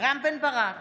רם בן ברק,